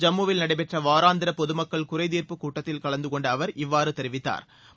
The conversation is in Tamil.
ஜம்முவில் நடைபெற்ற வாராந்திர பொதுமக்கள் குறைதீர்ப்புக் கூட்டத்தில் கலந்துகொண்ட அவர் இவ்வாறு தெரிவித்தாா்